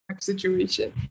situation